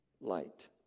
light